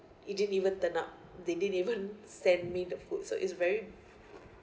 it didn't even turn up they didn't even sent me the food so it's very